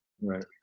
Right